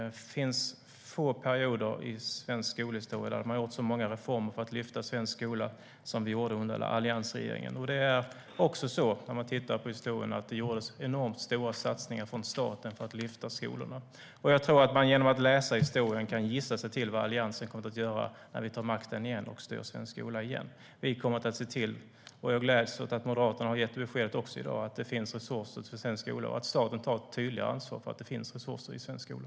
Det finns få perioder i svensk skolhistoria då man har gjort så många reformer för att lyfta svensk skola som vi gjorde under alliansregeringen. Det gjordes enormt stora satsningar av staten för att lyfta skolan. Genom att se på historien kan man nog gissa sig till vad Alliansen kommer att göra när vi återtar makten och styr svensk skola igen. Jag gläds åt att Moderaterna också har gett beskedet att det finns resurser till svensk skola och att staten ska ta ett tydligare ansvar för att det ska finnas resurser i svensk skola.